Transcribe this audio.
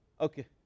Okay